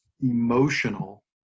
emotional